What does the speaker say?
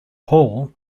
hall